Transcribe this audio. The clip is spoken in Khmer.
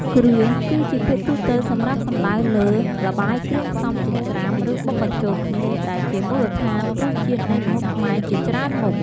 គ្រឿង គឺជាពាក្យទូទៅសម្រាប់សំដៅលើ ល្បាយគ្រឿងផ្សំចិញ្ច្រាំ ឬបុកបញ្ចូលគ្នា ដែលជាមូលដ្ឋានរសជាតិនៃម្ហូបខ្មែរជាច្រើនមុខ។